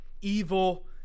Evil